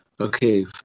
Okay